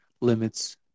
limits